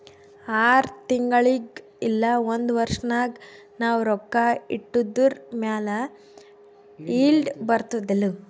R ತಿಂಗುಳಿಗ್ ಇಲ್ಲ ಒಂದ್ ವರ್ಷ ನಾಗ್ ನಾವ್ ರೊಕ್ಕಾ ಇಟ್ಟಿದುರ್ ಮ್ಯಾಲ ಈಲ್ಡ್ ಬರ್ತುದ್